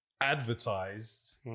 advertised